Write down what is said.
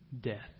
death